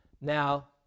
Now